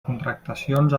contractacions